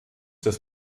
des